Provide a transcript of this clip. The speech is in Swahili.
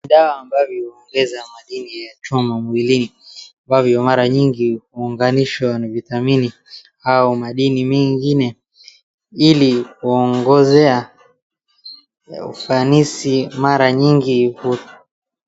Dawa ambayo huongeza madini ya chuma mwilini ambayo mara nyingi huunganishwa na vitamini au madini mengine ili waongezee ufanisi mara nyingi hu.